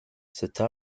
cette